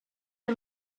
der